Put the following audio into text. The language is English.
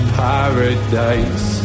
paradise